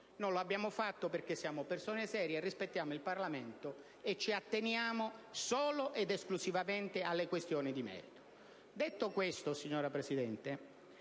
Non lo abbiamo fatto perché siamo persone serie, rispettiamo il Parlamento e ci atteniamo solo ed esclusivamente alle questioni di merito. Detto questo, signora Presidente,